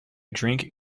drink